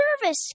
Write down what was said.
Service